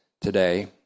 today